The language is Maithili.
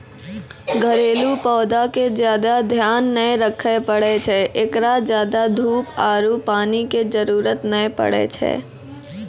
घरेलू पौधा के ज्यादा ध्यान नै रखे पड़ै छै, एकरा ज्यादा धूप आरु पानी के जरुरत नै पड़ै छै